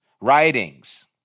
writings